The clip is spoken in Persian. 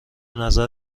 نظر